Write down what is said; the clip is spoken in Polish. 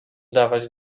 dawać